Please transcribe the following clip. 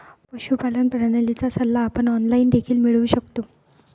पशुपालन प्रणालीचा सल्ला आपण ऑनलाइन देखील मिळवू शकतो